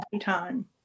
time